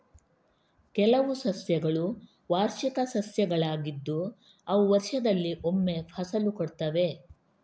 ಕೆಲವು ಸಸ್ಯಗಳು ವಾರ್ಷಿಕ ಸಸ್ಯಗಳಾಗಿದ್ದು ಅವು ವರ್ಷದಲ್ಲಿ ಒಮ್ಮೆ ಫಸಲು ಕೊಡ್ತವೆ